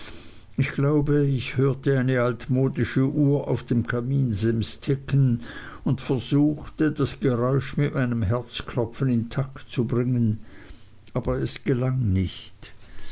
ich glaube ich hörte eine altmodische uhr auf dem kaminsims ticken und versuchte das geräusch mit meinem herzklopfen in takt zu bringen aber es gelang nicht